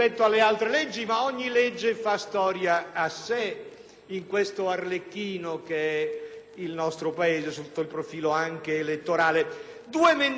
il nostro Paese, sotto il profilo anche elettorale. Due emendamenti, signora Presidente, colleghe e colleghi, sono stati dichiarati inammissibili dalla Presidenza